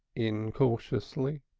incautiously.